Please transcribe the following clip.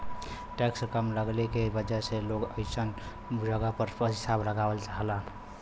tax कम लगले के वजह से लोग अइसन जगह पर पइसा लगावल चाहलन